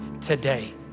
today